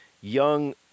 Young